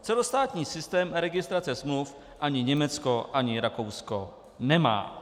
Celostátní systém registrace smluv Německo ani Rakousko nemá.